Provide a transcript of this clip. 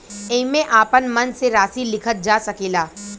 एईमे आपन मन से राशि लिखल जा सकेला